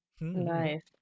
nice